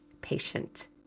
patient